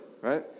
right